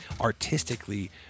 artistically